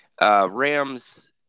Rams